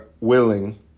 willing